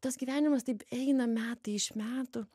tas gyvenimas taip eina metai iš metų